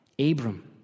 Abram